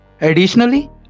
Additionally